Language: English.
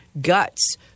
guts